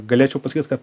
galėčiau pasakyt kad